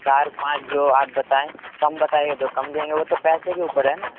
چار پانچ جو آپ بتائیں کم بتائیے گا تو کم لے آئیں گے وہ تو پیسے کے اوپر ہے نا